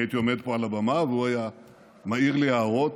אני הייתי עומד פה על הבמה והוא היה מעיר לי הערות